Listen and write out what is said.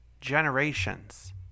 generations